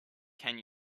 can